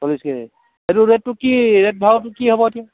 চল্লিছ কেজি সেইটো ৰেটটো কি ৰেট ভাওটো কি হ'ব এতিয়া